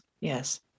yes